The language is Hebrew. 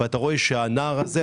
והנער הזה,